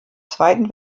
zweiten